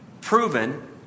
proven